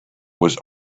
was